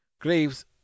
graves